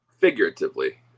Figuratively